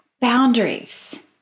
boundaries